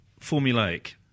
formulaic